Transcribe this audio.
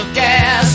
gas